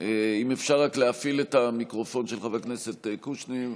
אם אפשר רק להפעיל את המיקרופון של חבר הכנסת קושניר,